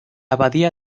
abadía